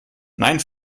nein